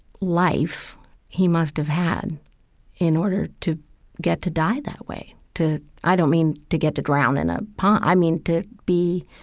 life he must've had in order to get to die that way. i don't mean to get to drown in a pond i mean to be,